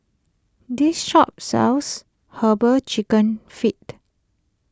this shop sells Herbal Chicken Feet